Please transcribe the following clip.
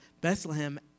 Bethlehem